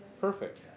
Perfect